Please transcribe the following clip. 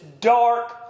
dark